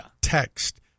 text